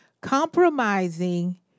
Compromising